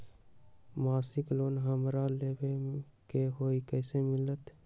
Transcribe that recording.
मासिक लोन हमरा लेवे के हई कैसे मिलत?